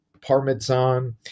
parmesan